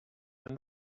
and